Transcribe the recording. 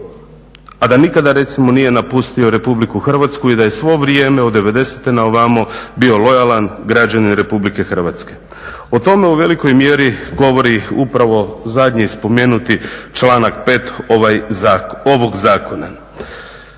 a da nikada recimo nije napustio RH i da je svo vrijeme od '90. na ovamo bio lojalan građanin RH. O tome u velikoj mjeri govori upravo zadnje spomenuti članak 5. ovog zakona.